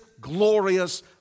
glorious